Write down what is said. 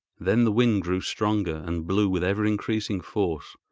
then the wind grew stronger and blew with ever increasing force,